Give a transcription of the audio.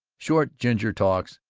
short ginger-talks,